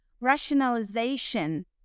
rationalization